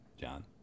John